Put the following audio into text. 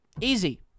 easy